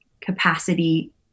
capacity